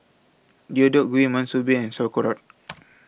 Deodeok Gui Monsunabe and Sauerkraut